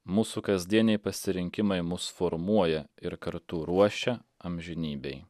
mūsų kasdieniai pasirinkimai mus formuoja ir kartu ruošia amžinybei